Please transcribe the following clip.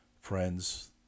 Friends